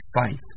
faith